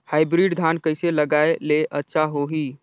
Hybrid धान कइसे लगाय ले अच्छा होही?